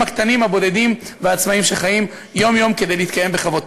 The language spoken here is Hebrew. הקטנים הבודדים והעצמאיים שחיים יום-יום כדי להתקיים בכבוד.